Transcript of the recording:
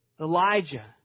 Elijah